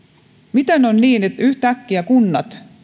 miten on niin että yhtäkkiä kunnat